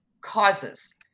causes